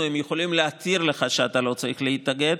הם יכולים להתיר לך שאתה לא צריך להתאגד,